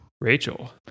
Rachel